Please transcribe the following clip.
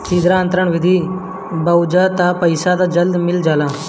सीधा अंतरण विधि से भजबअ तअ पईसा जल्दी मिल जाला